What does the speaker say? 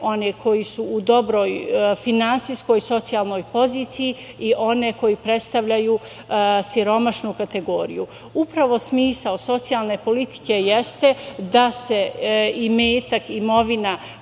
one koji su u dobroj finansijskoj, socijalnoj poziciji i one koji predstavljaju siromašnu kategoriju. Upravo smisao socijalne politike jeste da imetak, imovina,